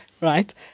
right